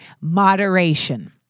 moderation